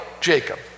Jacob